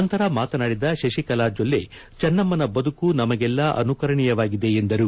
ನಂತರ ಮಾತನಾಡಿದ ಶಶಿಕಲಾ ಜೊಲ್ಲೆ ಚೆನ್ನಮ್ನನ ಬದುಕು ನಮ್ದಗೆಲ್ಲ ಅನುಕರಣೀಯವಾಗಿದೆ ಎಂದರು